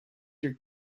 your